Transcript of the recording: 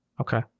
Okay